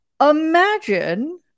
imagine